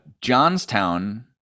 Johnstown